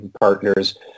partners